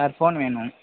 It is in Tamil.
சார் ஃபோன் வேணும்